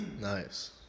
Nice